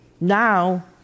Now